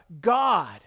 God